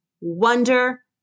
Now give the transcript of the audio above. wonder